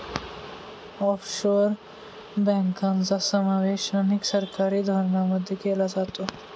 offshore बँकांचा समावेश अनेक सरकारी धोरणांमध्ये केला जातो